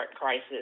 crisis